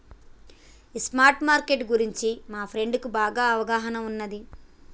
ఈ spot market గురించి మా ఫ్రెండుకి బాగా అవగాహన ఉన్నాది